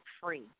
free